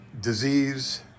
disease